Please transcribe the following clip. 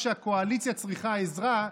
כשהקואליציה צריכה עזרה,